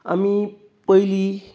आमी पयलीं